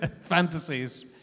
fantasies